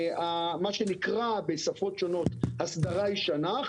מה שנקרא בשפות שונות הסדרה ישנה,